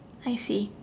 I see